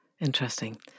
Interesting